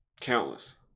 Countless